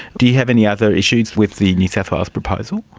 do you have any other issues with the new south wales proposal?